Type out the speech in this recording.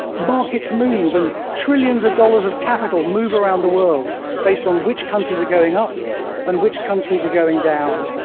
markets move and trillions of dollars of capital move around the world based on which countries are going up and which countries are going down,